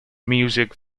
music